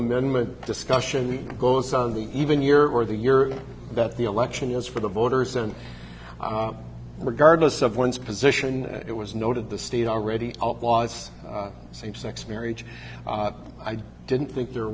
amendment discussion goes on the even year or the your that the election is for the voters and regardless of one's position it was noted the state already was same sex marriage i didn't think there